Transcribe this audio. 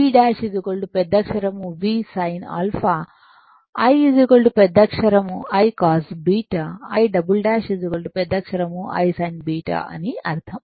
V ' పెద్దక్షరం V sin α I పెద్దక్షరంI cos β I ' పెద్దక్షరం I sin β అని అర్ధం